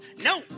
No